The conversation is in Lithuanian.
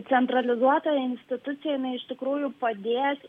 centralizuota institucija jinai iš tikrųjų padės